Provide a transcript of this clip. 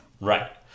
Right